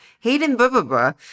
Hayden